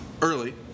Early